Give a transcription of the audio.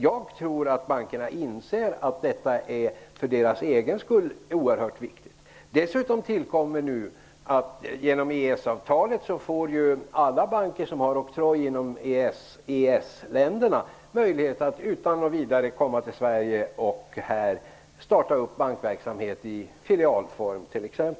Jag tror att bankerna inser att detta är oerhört viktigt för deras egen skull. Dessutom tillkommer nu genom EES-avtalet att alla banker som har oktroj inom EES-länderna får möjlighet att utan vidare komma till Sverige och här starta bankverksamhet i t.ex. filialform.